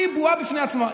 היא בועה בפני עצמה,